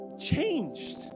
changed